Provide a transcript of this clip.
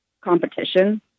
competition